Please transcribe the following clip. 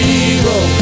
evil